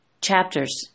chapters